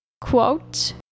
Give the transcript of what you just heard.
quote